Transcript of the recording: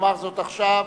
יאמר זאת עכשיו.